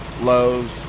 Lowe's